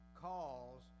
calls